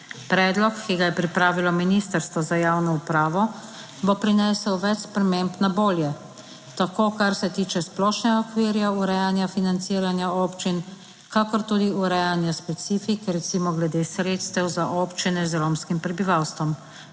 Predlog, ki ga je pripravilo Ministrstvo za javno upravo, bo prinesel več sprememb na bolje. Tako kar se tiče splošnega okvirja urejanja financiranja občin, kakor tudi urejanja specifik, recimo glede sredstev za občine z romskim prebivalstvom.